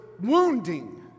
wounding